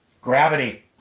Gravity